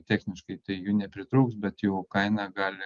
techniškai tai jų nepritrūks bet jų kaina gali